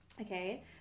okay